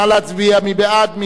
נא להצביע, מי בעד?